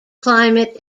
climate